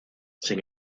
sin